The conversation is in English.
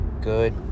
good